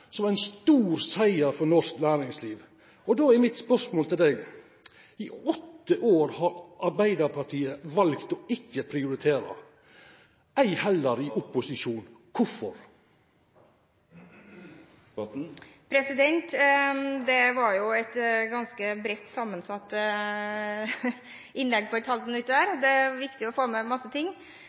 som var ein stor siger for norsk næringsliv. Då er mitt spørsmål: I åtte år har Arbeidarpartiet valt ikkje å prioritera, heller ikkje i opposisjon – kvifor? Det var et ganske bredt sammensatt innlegg på 1 minutt – det er viktig å få med masse.